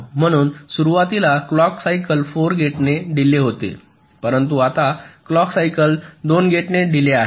म्हणून सुरुवातीला clock cycle 4 gate ने डिलेय होते परंतु आता क्लॉक सायकल 2 गेट डिलेय आहे